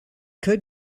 could